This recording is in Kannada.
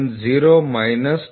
970 ಮೈನಸ್ 24